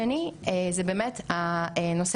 שעסקה רבות בנושא הזה,